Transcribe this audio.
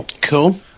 Cool